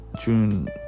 June